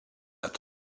better